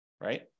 right